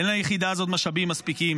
אין ליחידה הזאת משאבים מספיקים,